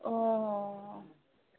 অঁ অঁ